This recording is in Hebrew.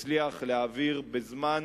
הצליח להעביר בזמן